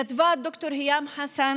כתבה ד"ר היאם חסן,